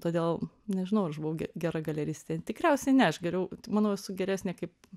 todėl nežinau ar aš buvau ge gera galeristė tikriausiai ne aš geriau manau esu geresnė kaip